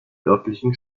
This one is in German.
örtlichen